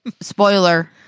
Spoiler